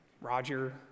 Roger